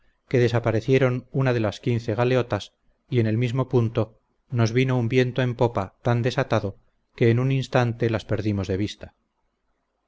que desparecieron una de las quince galeotas y en el mismo punto nos vino un viento en popa tan desatado que en un instante las perdimos de vista